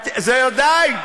ודאי.